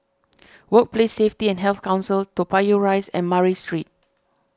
Workplace Safety and Health Council Toa Payoh Rise and Murray Street